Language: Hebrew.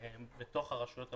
לתוך הרשויות המקומיות,